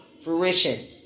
fruition